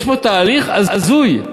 יש פה תהליך הזוי,